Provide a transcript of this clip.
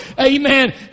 Amen